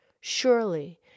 surely